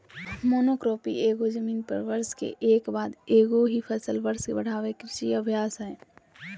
monocropping एगो जमीन पर वर्ष के बाद एगो ही फसल वर्ष बढ़ाबे के कृषि अभ्यास हइ